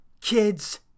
kids